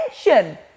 attention